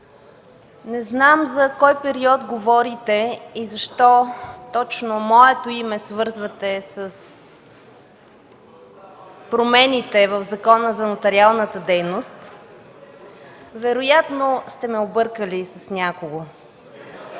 не знам за кой период говорите и защо точно моето име свързвате с промените в Закона за нотариалната дейност. Вероятно сте ме объркали с някого.